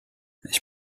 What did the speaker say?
ich